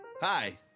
Hi